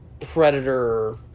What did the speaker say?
predator